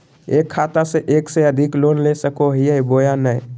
एक खाता से एक से अधिक लोन ले सको हियय बोया नय?